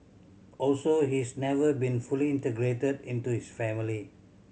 also he's never been fully integrated into his family